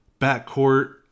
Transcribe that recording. backcourt